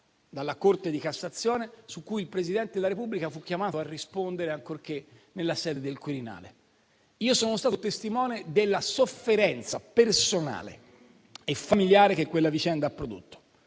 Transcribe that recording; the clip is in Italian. dalla Corte di cassazione, su cui il Presidente della Repubblica fu chiamato a rispondere, ancorché nella sede del Quirinale. Io sono stato testimone della sofferenza personale e familiare che quella vicenda ha prodotto.